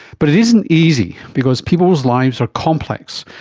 but it isn't easy because people's lives are complex,